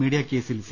media കേസിൽ C